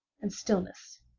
and stillness,